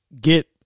get